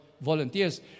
volunteers